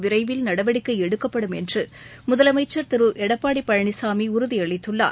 விரைவில் நடவடிக்கை எடுக்கப்படும் என்று முதலமைச்சர் திரு எடப்பாடி பழனிசாமி உறுதி அளித்துள்ளார்